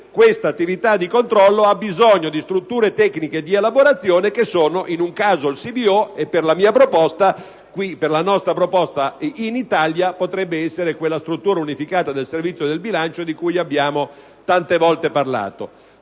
questa attività ha bisogno di strutture tecniche di elaborazione (che sono, in un caso, il CBO e in Italia per la nostra proposta potrebbe essere quella struttura unificata del Servizio del bilancio di cui abbiamo tante volte parlato).